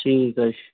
ٹھیٖک حظ چھُ